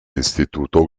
instituto